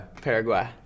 Paraguay